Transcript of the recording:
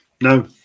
No